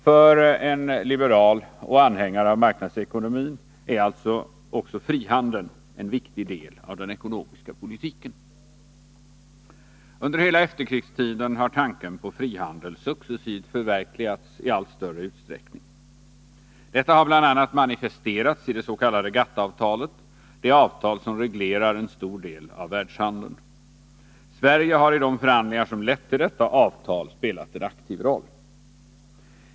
För en liberal och anhängare av marknadsekonomin är alltså också frihandeln en viktig del av den ekonomiska politiken. Under hela efterkrigstiden har tanken på frihandel successivt förverkligats i allt större utsträckning. Detta har bl.a. manifesterats i det s.k. GATT-avtalet, det avtal som reglerar en stor del av världshandeln. Sverige har i de förhandlingar som lett till detta avtal spelat en aktiv roll.